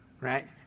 right